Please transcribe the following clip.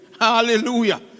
Hallelujah